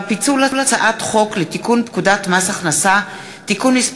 פיצול הצעת חוק לתיקון פקודת מס הכנסה (מס'